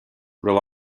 rely